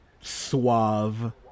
suave